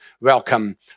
welcome